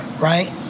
Right